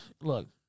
Look